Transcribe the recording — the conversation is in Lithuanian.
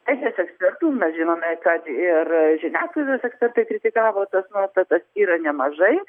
teisės ekspertų mes žinome kad ir žiniasklaidos ekspertai kritikavo tas nuostatas yra nemažai